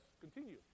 Continue